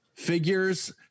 Figures